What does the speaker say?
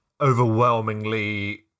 overwhelmingly